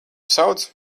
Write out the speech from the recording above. sauc